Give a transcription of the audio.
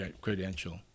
credential